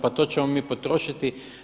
Pa to ćemo mi potrošiti.